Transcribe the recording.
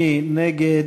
מי נגד?